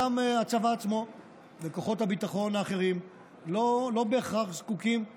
גם הצבא עצמו וכוחות הביטחון האחרים לא בהכרח זקוקים לכולם.